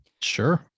sure